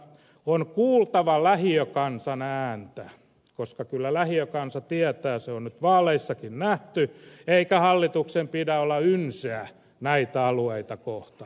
on kuultava lähiökansan ääntä koska kyllä lähiökansa tietää se on nyt vaaleissakin nähty eikä hallituksen pidä olla ynseä näitä alueita kohtaan